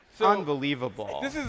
Unbelievable